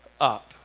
up